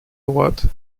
droite